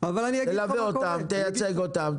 תייצג אותם,